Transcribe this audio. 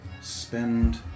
spend